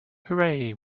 hooray